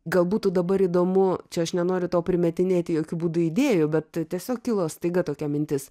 gal būtų dabar įdomu čia aš nenoriu tau primetinėti jokiu būdu idėjų bet tiesiog kilo staiga tokia mintis